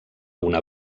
una